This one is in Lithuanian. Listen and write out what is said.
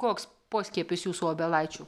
koks poskiepis jūsų obelaičių